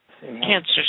Cancer